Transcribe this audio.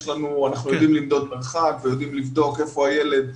אנחנו יודעים למדוד מרחק ויודעים לבדוק איפה המיפוי של הילד,